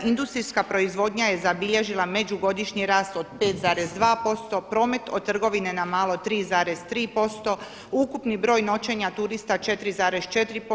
Industrijska proizvodnja je zabilježila međugodišnji rast od 5,2%, promet od trgovine na malo 3,3%, ukupni broj noćenja turista 4,4%